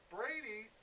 Brady